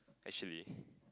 actually